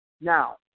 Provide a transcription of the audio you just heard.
Now